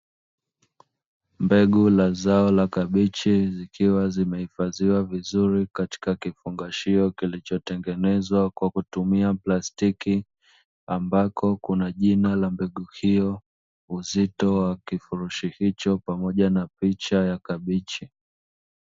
Mbegu la zao la kabichi zikiwa zimehifadhiwa vizuri katika kifungashio kilichotengenezwa kwa kutumia plastiki, ambako kuna jina la mbegu hiyo, uzito wa kifurushi hicho pamoja na picha ya kabichi.